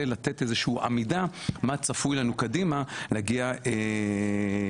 לתת איזושהי אמידה מה צפוי לנו קדימה להגיע לקרן.